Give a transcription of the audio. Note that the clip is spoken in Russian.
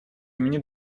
имени